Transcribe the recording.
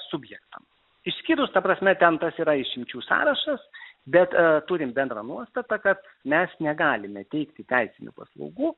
subjektam išskyrus ta prasme ten tas yra išimčių sąrašas bet turim bendrą nuostatą kad mes negalime teikti teisinių paslaugų